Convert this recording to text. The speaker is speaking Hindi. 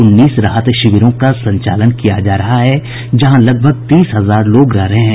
उन्नीस राहत शिविरों का संचालन किया जा रहा है जहां लगभग तीस हजार लोग रह रहे हैं